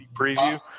preview